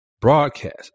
broadcast